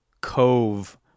cove